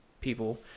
people